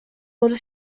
może